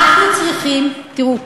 תראו,